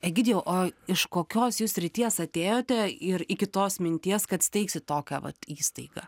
egidijau o iš kokios jūs srities atėjote ir iki tos minties kad steigsit tokią vat įstaigą